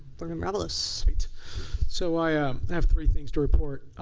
board member avalos. so i um have three things to report.